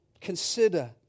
consider